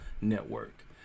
Network